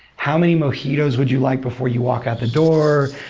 how many mojitos would you like before you walk out the door?